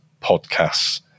podcasts